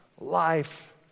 life